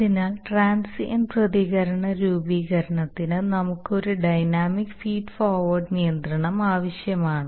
അതിനാൽ ട്രാൻസിയൻറ്റ് പ്രതികരണ രൂപീകരണത്തിന് നമുക്ക് ഒരു ഡൈനാമിക് ഫീഡ് ഫോർവേഡ് നിയന്ത്രണം ആവശ്യമാണ്